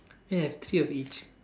ya I have three of each